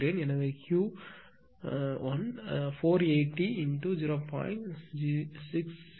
எனவே Ql 480 × 0